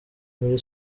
muri